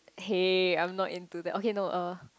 !hey! I'm not into that okay no uh